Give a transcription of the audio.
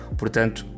portanto